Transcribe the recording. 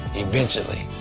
eventually.